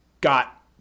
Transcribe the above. got